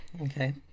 Okay